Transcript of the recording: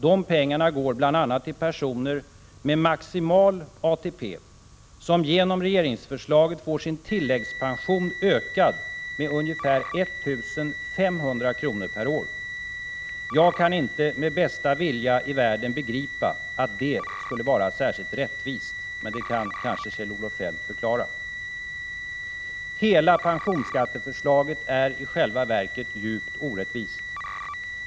De pengarna går bl.a. till personer med maximal ATP, som genom regeringsförslaget får sin tilläggspension ökad med ca 1 500 kr. per år. Jag kan inte med bästa vilja i världen begripa att det skulle vara särskilt rättvist. Men det kanske Kjell-Olof Feldt kan 53 förklara. Hela pensionsskatteförslaget är i själva verket djupt orättvist.